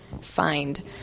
find